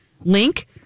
link